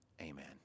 Amen